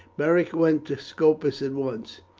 beric went to scopus at once.